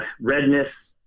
redness